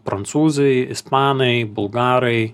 prancūzai ispanai bulgarai